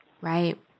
Right